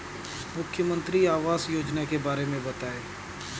मुख्यमंत्री आवास योजना के बारे में बताए?